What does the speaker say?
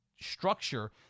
structure